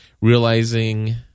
realizing